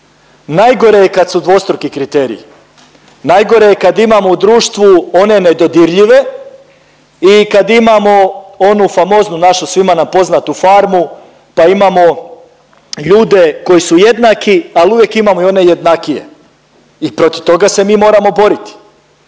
Najgore je kad su dvostruki kriteriji, najgore je kad imamo u društvu one nedodirljive i kad imamo onu famoznu našu svima nam poznatu farmu pa imamo ljude koji su jednaki, ali uvijek imamo i one jednakije i protiv toga se mi moramo boriti.